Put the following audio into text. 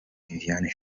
viviane